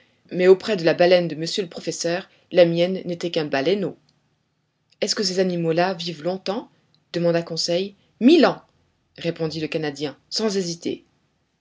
mais auprès de la baleine de monsieur le professeur la mienne n'était qu'un baleineau est-ce que ces animaux-là vivent longtemps demanda conseil mille ans répondit le canadien sans hésiter